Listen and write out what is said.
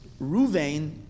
Ruvain